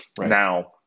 Now